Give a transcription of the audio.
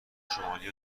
شمالی